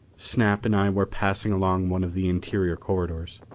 snap and i were passing along one of the interior corridors.